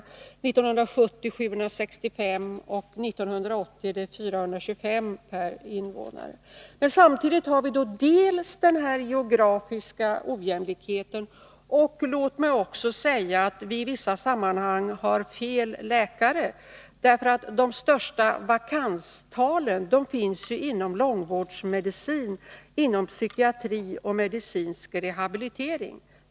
1970 var siffran 765, och 1980 var den 425. Men samtidigt har vi den geografiska ojämlikheten. Låt mig också säga att vi i vissa sammanhang har fel läkare. Det största vakanstalen finns nämligen inom långvårdsmedicin, psykiatri och medicinsk rehabilitering.